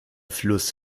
fluss